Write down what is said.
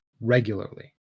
regularly